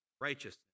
righteousness